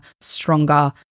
stronger